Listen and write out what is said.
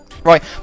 Right